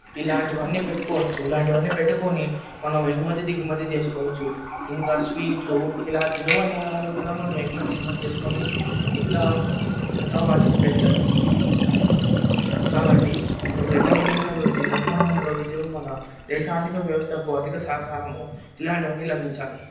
ఇలాంటివన్నీపెట్టుకోవచ్చు ఇలాంటివన్నీ పెట్టుకొని మనం ఎగుమతి దిగుమతి చేసుకోవచ్చు ఇంకా స్వీట్లు ఇలా తినుబండారాలను కూడా మనం ఎగుమతి దిగుమతి చేసుకొని ఇంకా ఇంకా వాటిని పెంచవచ్చు కాబట్టి వేగవంతమైన అభివృద్ధి నిర్మాణంలో విజృంభన దేశ ఆర్థిక వ్యవస్థకు అధిక సహకారము ఇలాంటివన్నీ లభించాలి